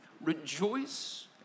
Rejoice